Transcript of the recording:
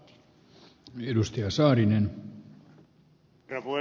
herra puhemies